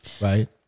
Right